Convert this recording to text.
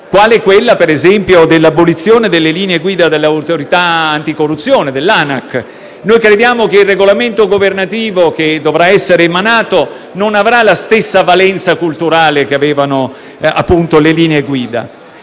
assolutamente condiviso: l'abolizione delle linee guida dell'Autorità nazionale anticorruzione, l'ANAC; crediamo che il regolamento governativo che dovrà essere emanato non avrà la stessa valenza culturale che avevano le linee guida;